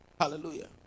Hallelujah